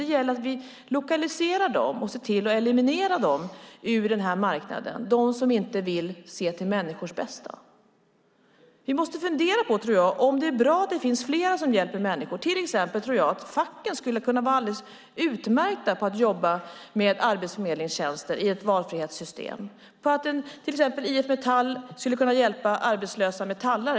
Det gäller att lokalisera dem och se till att eliminera de som inte vill se till människors bästa från marknaden. Vi måste fundera på om det är bra att det finns fler som hjälper människor. Jag tror att facken skulle kunna vara alldeles utmärkta på att jobba med arbetsförmedlingstjänster i ett valfrihetssystem. IF Metall skulle till exempel kunna hjälpa arbetslösa metallare.